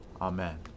Amen